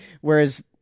Whereas